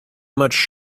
much